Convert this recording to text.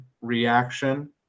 reaction